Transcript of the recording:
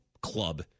club